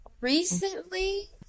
Recently